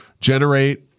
generate